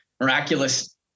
miraculous